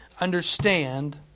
understand